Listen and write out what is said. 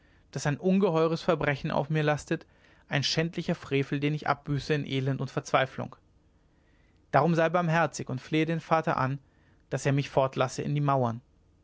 daß ein ungeheures verbrechen auf mir lastet ein schändlicher frevel den ich abbüße in elend und verzweiflung darum sei barmherzig und flehe den vater an daß er mich fortlasse in die mauern